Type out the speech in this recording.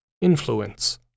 influence